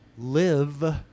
live